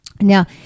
now